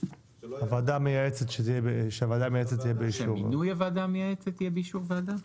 הוועדה מייעצת שזה יהיה -- שמינוי הוועדה המייעצת יהיה באישור ועדה?